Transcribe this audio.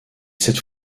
cette